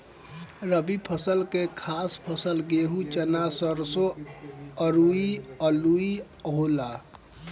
रबी फसल के खास फसल गेहूं, चना, सरिसो अउरू आलुइ होला